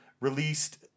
released